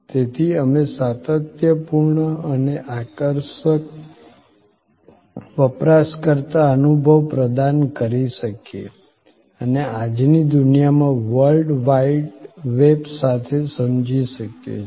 તેથી અમે સાતત્યપૂર્ણ અને આકર્ષક વપરાશકર્તા અનુભવ પ્રદાન કરી શકીએ અને આજની દુનિયામાં વર્લ્ડ વાઇડ વેબ સાથે સમજી શકીએ છીએ